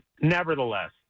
Nevertheless